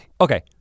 Okay